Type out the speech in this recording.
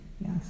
Yes